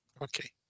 Okay